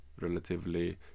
relatively